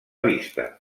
vista